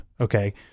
okay